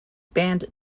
band